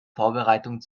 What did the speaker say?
vorbereitung